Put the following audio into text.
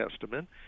Testament